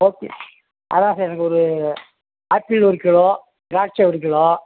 okay அதுதான் sir எனக்கு ஒரு ஆப்பிள் ஒரு கிலோ திராட்சை ஒரு கிலோ